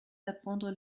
d’apprendre